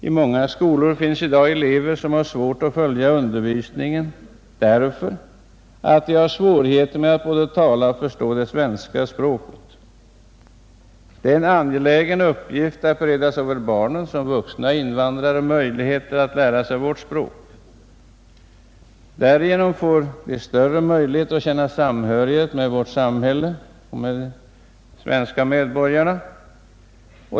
I många skolor finns i dag elever som har besvärligt att följa undervisningen därför att de har svårt både att tala och förstå det svenska språket. Det är en angelägen uppgift att bereda såväl de vuxna invandrarna som deras barn tillfälle att lära sig vårt språk. Därigenom får de större möjlighet att känna samhörighet med vårt samhälle och med de svenska medborgarna.